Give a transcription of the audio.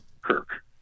Kirk